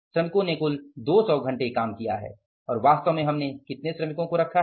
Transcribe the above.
श्रमिको ने कुल 200 घंटे काम किए गए हैं और वास्तव में हमने कितने श्रमिकों को रखा है